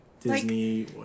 disney